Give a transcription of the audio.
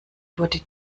wurde